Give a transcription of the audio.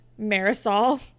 Marisol